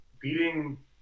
beating